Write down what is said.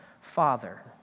Father